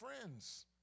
friends